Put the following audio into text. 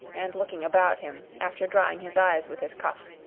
and looking about him, after drying his eyes with his cuff